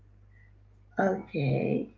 okay.